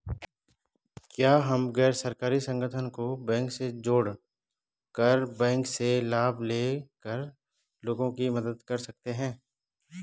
क्या हम गैर सरकारी संगठन को बैंक से जोड़ कर बैंक से लाभ ले कर लोगों की मदद कर सकते हैं?